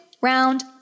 round